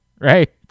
right